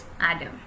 Adam